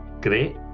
great